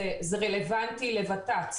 זה רלוונטי לות"ת.